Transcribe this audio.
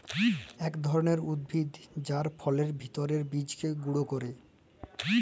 ইক ধরলের উদ্ভিদ যার ফলের ভিত্রের বীজকে গুঁড়া ক্যরে